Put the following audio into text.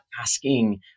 asking